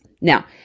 now